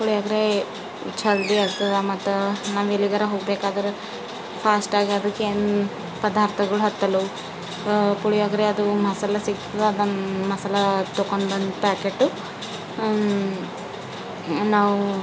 ಪುಳಿಯೋಗರೆ ಜಲ್ದಿ ಆಗ್ತದೆ ಮತ್ತು ನಾವೆಲ್ಲಿಗಾರು ಹೋಗ್ಬೇಕಾದ್ರೆ ಫಾಸ್ಟಾಗಿ ಅದಕ್ಕೆ ಪದಾರ್ಥಗಳು ಹತ್ತಲು ಪುಳಿಯೋಗರೆ ಅದು ಮಸಾಲೆ ಸಿಗ್ತದೆ ಅದನ್ನು ಮಸಾಲೆ ತೊಕೊಂಬಂದು ಪ್ಯಾಕೇಟು ನಾವು